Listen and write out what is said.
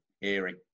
hearing